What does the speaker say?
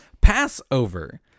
Passover